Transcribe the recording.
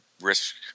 risk